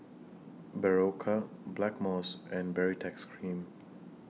Berocca Blackmores and Baritex Cream